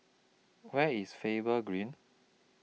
Where IS Faber Green